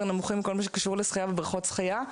נמוכים בכל הקשור לשחייה ובריכות שחייה.